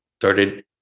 started